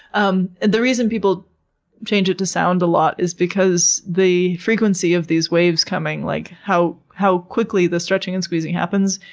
um the reason people change it to sound a lot is because the frequency of these waves coming, like how how quickly the stretching and squeezing happens,